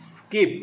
skip